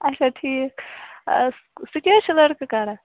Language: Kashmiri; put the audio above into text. اَچھا ٹھیٖک آ سُہ کیٛاہ حظ چھِ لٔڑکہٕ کَران